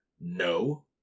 no